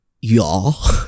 y'all